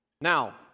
Now